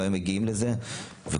הם לא היו מגיעים לזה וכולנו.